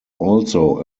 also